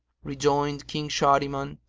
rejoined king shahriman,